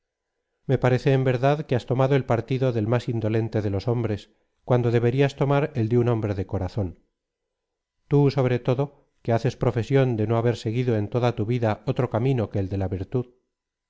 me parece en verdad que has tomado el partido del más indolente de los hombres cuando deberías tomar el de un hombre de corazrai tú sobre todo que haces profesión de no haber seguido en toda tu vida otro camino que el déla virtud